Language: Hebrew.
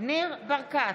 ניר ברקת,